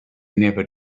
never